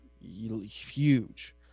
huge